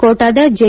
ಕೋಟಾದ J